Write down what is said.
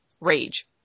Rage